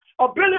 ability